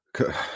okay